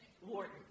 Warden